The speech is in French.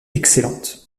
excellente